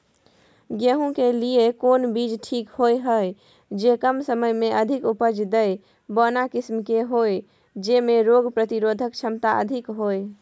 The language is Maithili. गेहूं के लिए कोन बीज ठीक होय हय, जे कम समय मे अधिक उपज दे, बौना किस्म के होय, जैमे रोग प्रतिरोधक क्षमता अधिक होय?